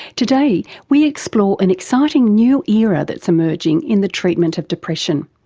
today we explore an exciting new era that's emerging in the treatment of depression,